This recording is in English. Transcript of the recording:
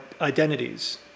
identities